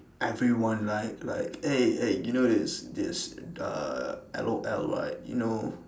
everyone right like eh eh you know this this uh L_O_L right you know